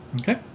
Okay